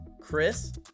Chris